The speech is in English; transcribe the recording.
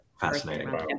Fascinating